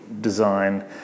design